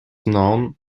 known